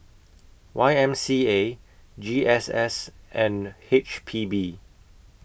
Y M C A G S S and H P B